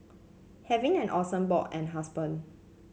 having an awesome bod and husband